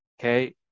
okay